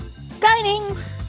Dinings